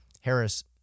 Harris